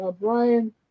Brian